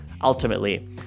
ultimately